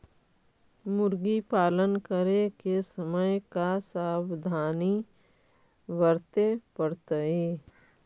मुर्गी पालन करे के समय का सावधानी वर्तें पड़तई?